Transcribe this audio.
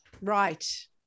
right